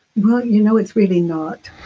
well, you know it's really not